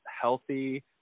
healthy